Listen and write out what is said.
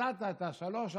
מצאת את השלושה,